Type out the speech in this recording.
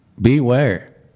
beware